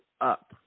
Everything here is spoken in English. up